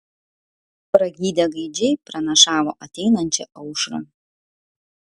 pragydę gaidžiai pranašavo ateinančią aušrą